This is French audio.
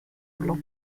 blanc